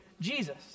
Jesus